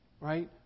right